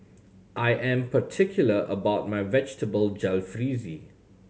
I am particular about my Vegetable Jalfrezi